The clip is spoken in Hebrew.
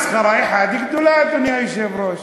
מסחרה אחת גדולה, אדוני היושב-ראש.